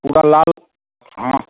पूरा लाल हाँ